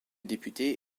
député